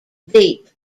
deep